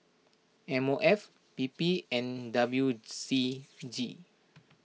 M O F P P and W C G